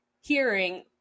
hearing